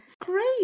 Great